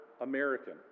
American